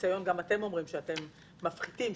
שאתם מפחיתים,